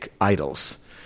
idols